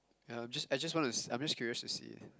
uh I'm just I just wanna I'm just curious to see